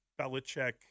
Belichick